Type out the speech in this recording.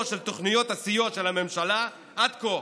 של תוכניות הסיוע של הממשלה עד כה: